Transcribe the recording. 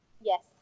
yes